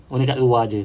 only kat luar jer